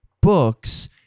books